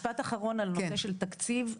משפט אחרון על נושא של התקציב,